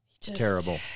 terrible